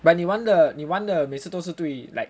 but 你玩的你玩的每次都是对 like